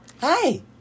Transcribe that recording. Hi